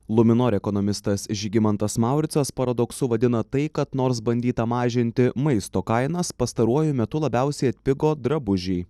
luminor ekonomistas žygimantas mauricas paradoksu vadina tai kad nors bandyta mažinti maisto kainas pastaruoju metu labiausiai atpigo drabužiai